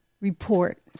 report